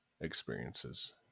experiences